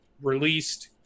released